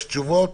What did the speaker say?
יש תשובות?